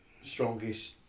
strongest